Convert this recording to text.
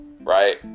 right